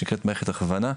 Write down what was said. שנקראת מערכת הכוונה.